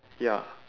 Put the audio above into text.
ya